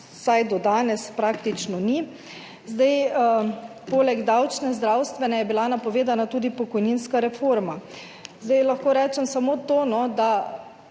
vsaj do danes praktično ni. Poleg davčne, zdravstvene, je bila napovedana tudi pokojninska reforma. Zdaj lahko rečem samo to, ne